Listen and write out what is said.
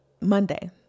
Monday